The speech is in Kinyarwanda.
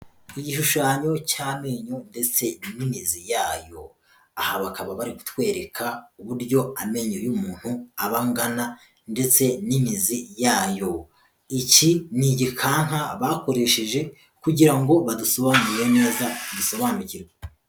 Igishushanyo cy'amenyo ndetse n'imizi yayo. Aha bakaba bari kutwereka uburyo amenyo y'umuntu aba angana, ndetse n'imizi yayo. Iki ni igikanka bakoresheje kugira ngo badusobanurire neza dusobanukirwe.